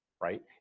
right